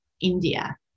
India